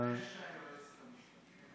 לפני שהיועצת המשפטית כתבה.